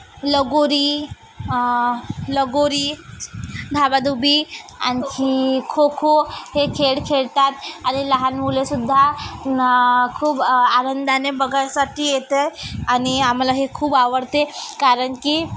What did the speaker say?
लगोरी लगोरी धाबाधुबी आणखी खोखो हे खेळ खेळतात आणि लहान मुलंसुद्धा खूप आनंदाने बघत असतात की एक तर आणि आम्हाला हे खूप आवडते कारण की